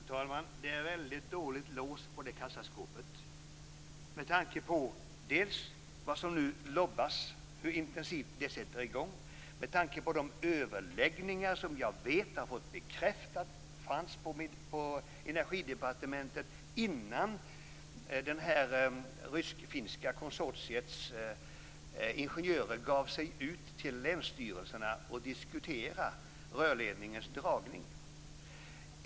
Fru talman! Det är ett väldigt dåligt lås på det kassaskåpet med tanke på vad som nu "lobbas" och hur intensivt det sätter i gång och med tanke på de överläggningar som jag vet och har fått bekräftat har förts på Näringsdepartementet innan det här rysk-finska konsortiets ingenjörer gav sig ut till länsstyrelserna och diskuterade rörledningens dragning.